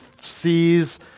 sees